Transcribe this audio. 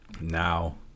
Now